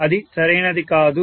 అది సరైనది కాదు